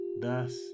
Thus